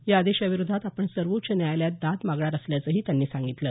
या आदेशा विरोधात आपण सर्वोच्च न्यायालयात दाद मागणार असल्याचंही त्यांनी सांगितलं